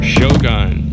Shogun